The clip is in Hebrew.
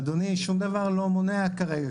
אדוני, שום דבר לא מונע כרגע.